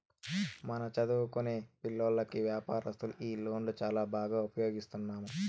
మన చదువుకొనే పిల్లోల్లకి వ్యాపారస్తులు ఈ లోన్లు చాలా బాగా ఉపయోగిస్తున్నాము